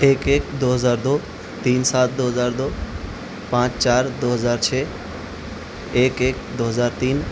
ایک ایک دو ہزار دو تین سات دو ہزار دو پانچ چار دو ہزار چھ ایک ایک دو ہزار تین